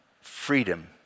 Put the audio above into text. freedom